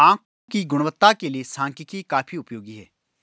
आकड़ों की गुणवत्ता के लिए सांख्यिकी काफी उपयोगी है